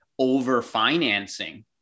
overfinancing